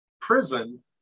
prison